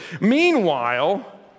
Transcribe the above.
Meanwhile